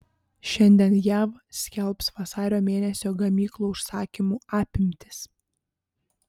šiandien jav skelbs vasario mėnesio gamyklų užsakymų apimtis